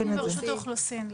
אנחנו רשות האוכלוסין.